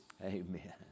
Amen